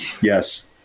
Yes